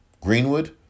Greenwood